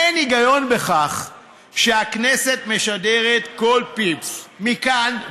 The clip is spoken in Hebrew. אין היגיון בכך שהכנסת משדרת כל פיפס מכאן,